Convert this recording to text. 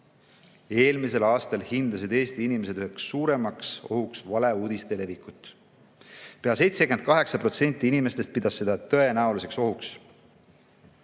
Eelmisel aastal hindasid Eesti inimesed üheks suuremaks ohuks valeuudiste levikut. Pea 78% inimestest pidas seda tõenäoliseks ohuks.